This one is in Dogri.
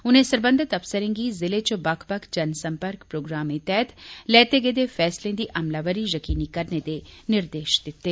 उनें सरबंधित अफसरें गी जिले च बक्ख बक्ख जन संपर्क प्रोग्रामें तहत लैते गेदे फैसलें दी अमलावरी यकीनी करने दे निर्देश दित्ते